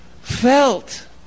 felt